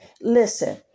Listen